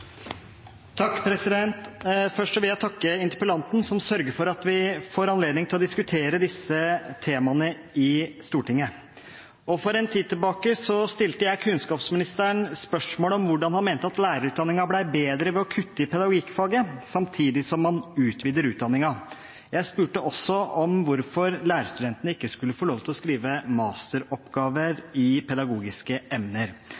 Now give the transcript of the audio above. tid tilbake stilte jeg kunnskapsministeren spørsmål om hvordan han mente at lærerutdanningen ble bedre ved å kutte i pedagogikkfaget samtidig som man utvider utdanningen. Jeg spurte også om hvorfor lærerstudentene ikke skulle få lov til å skrive masteroppgave i pedagogiske emner.